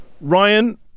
Ryan